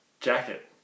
jacket